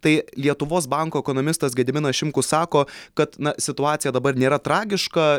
tai lietuvos banko ekonomistas gediminas šimkus sako kad na situacija dabar nėra tragiška